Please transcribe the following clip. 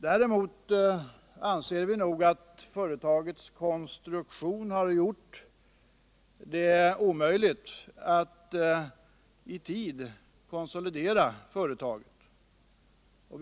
Däremot anser vi att företagets konstruktion gjort det omöjligt att i tid konsolidera företaget.